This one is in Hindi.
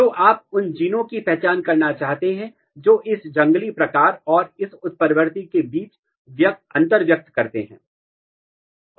तो आप उन जीनों की पहचान करना चाहते हैं जो इस जंगली प्रकार और इस उत्परिवर्ती के बीच अंतर व्यक्त करते हैं